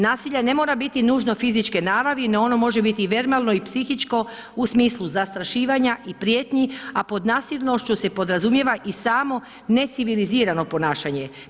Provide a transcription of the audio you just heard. Nasilje ne mora biti nužno fizičke naravi no ono može biti verbalno i psihičko u smislu zastrašivanja i prijetnji a pod nasilnošću se podrazumijeva i samo necivilizirano ponašanje.